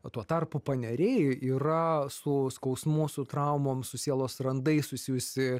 o tuo tarpu paneriai yra su skausmu mūsų traumoms su sielos randais susijusi